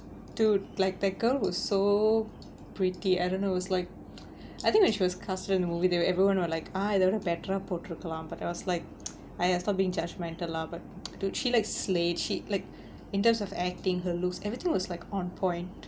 dude like that girl was so pretty I don't know it's like I think when she was casted in a movie everyone will like ah இத விட:itha vida better ah போட்டிருக்கலாம்:pottirukkalaam but I was like !aiya! stop being judgemental lah but dude she like slayed she like in terms of acting her looks everything was like on point